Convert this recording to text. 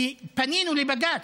כי פנינו לבג"ץ,